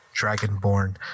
dragonborn